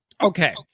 okay